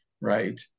right